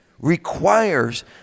requires